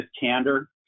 candor